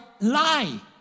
lie